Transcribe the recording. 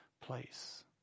place